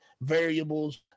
variables